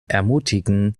ermutigen